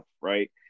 right